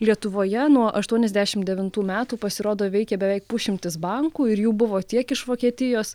lietuvoje nuo aštuoniasdešimt devintų metų pasirodo veikė beveik pusšimtis bankų ir jų buvo tiek iš vokietijos